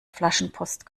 flaschenpost